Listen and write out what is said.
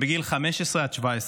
בגיל 15 עד 17,